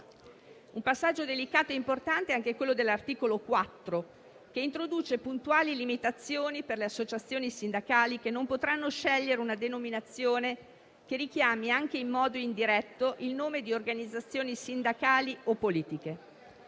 Un passaggio delicato e importante è anche quello dell'articolo 4, che introduce puntuali limitazioni per le associazioni sindacali che non potranno scegliere una denominazione che richiami anche in modo indiretto il nome di organizzazioni sindacali o politiche.